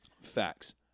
Facts